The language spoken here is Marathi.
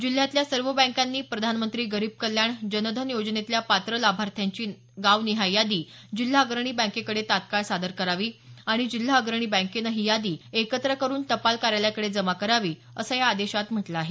जिल्ह्यातल्या सर्व बँकांनी प्रधानमंत्री गरीब कल्याण जन धन योजनेतल्या पात्र लाभार्थ्यांची गाव निहाय यादी जिल्हा अग्रणी बँकेकडे तात्काळ सादर करावी आणि जिल्हा अग्रणी बँकेने ही यादी एकत्र करून टपाल कार्यालयाकडे जमा करावी असं या आदेशात म्हटलं आहे